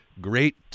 great